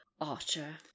Archer